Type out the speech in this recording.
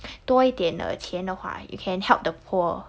多一点的钱的话 you can help the poor